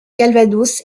calvados